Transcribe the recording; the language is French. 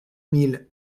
mille